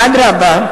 אדרבה.